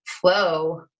flow